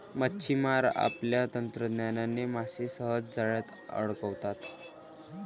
मच्छिमार आपल्या तंत्रज्ञानाने मासे सहज जाळ्यात अडकवतात